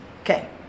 Okay